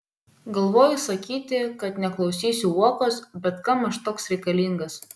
galvoju sakyti kad neklausysiu uokos bet kam aš toks reikalingas